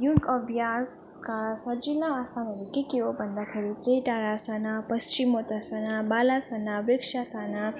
योग अभ्यासका सजिलो आसनहरू के के हो भन्दाखेरि चाहिँ टाढासना पश्चिमोत्तानासना बालासना वृक्षासना